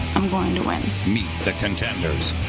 i'm going to win. meet the contenders.